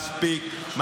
מספיק.